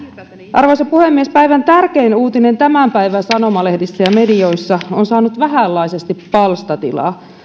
arvoisa puhemies päivän tärkein uutinen tämän päivän sanomalehdissä ja medioissa on saanut vähänlaisesti palstatilaa